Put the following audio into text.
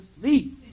sleep